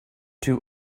two